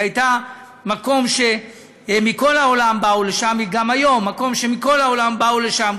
והיא הייתה מקום שמכול העולם באו לשם,